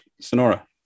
Sonora